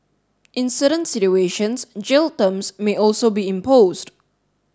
in certain situations jail terms may also be imposed